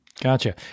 gotcha